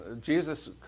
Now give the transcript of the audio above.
Jesus